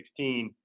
2016